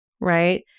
right